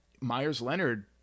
Myers-Leonard